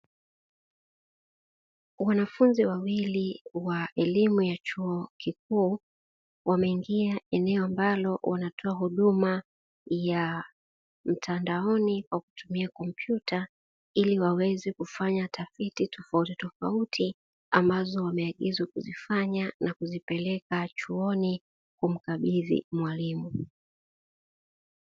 Wanafunzi wawili wa elimu ya chuo kikuu, wameingia eneo ambalo wanatoa huduma ya mtandaoni kwa kutumia kompyuta, ili waweze kufanya tafiti tofautitofauti ambazo wameagizwa kuzifanya na kuzipeleka chuoni kumkabidhi mwalimu.